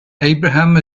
abraham